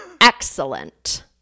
Excellent